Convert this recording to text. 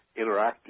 interactive